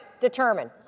Determined